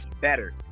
better